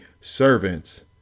servants